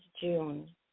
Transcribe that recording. June